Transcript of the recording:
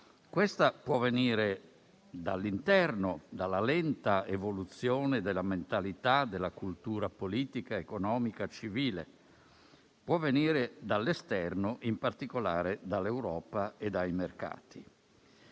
Essa può venire dall'interno, ovvero dalla lenta evoluzione della mentalità e della cultura politica, economica e civile o può venire dall'esterno, in particolare dall'Europa e dai mercati.